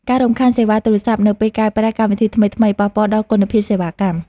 ការរំខានសេវាទូរសព្ទនៅពេលកែប្រែកម្មវិធីថ្មីៗ ប៉ះពាល់ដល់គុណភាពសេវាកម្ម។